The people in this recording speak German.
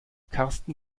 karsten